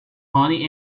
honey